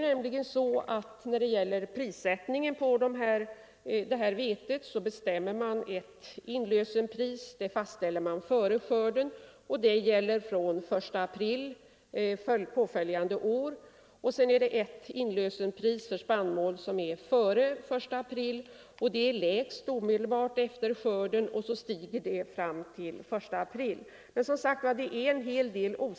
När det gäller prissättningen på vetet förhåller det sig nämligen så, att ett inlösenpris fastställs före skörden och gäller från den 1 april påföljande år. Ett annat inlösenpris gäller före den 1 april, och det är lägst omedelbart efter skörden och stiger fram till den 1 april.